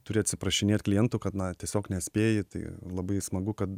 turi atsiprašinėt klientų kad na tiesiog nespėji tai labai smagu kad